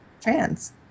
trans